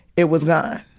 it was gone.